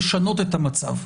לשנות את המצב,